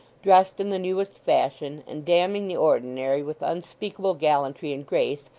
dressed in the newest fashion, and damning the ordinary with unspeakable gallantry and grace,